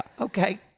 Okay